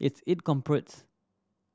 its incorporates